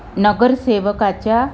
नगरसेवकाच्या